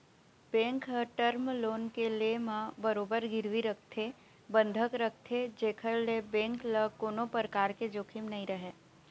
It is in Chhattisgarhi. बेंक ह टर्म लोन के ले म बरोबर गिरवी रखथे बंधक रखथे जेखर ले बेंक ल कोनो परकार के जोखिम नइ रहय